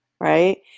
right